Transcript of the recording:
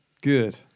Good